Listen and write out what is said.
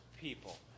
people